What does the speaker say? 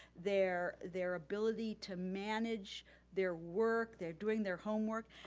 their their ability to manage their work, their doing their homework.